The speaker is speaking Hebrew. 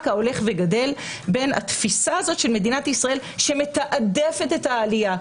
ההולך וגדל בין התפיסה של מדינת ישראל שמתעדפת את העלייה,